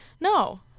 No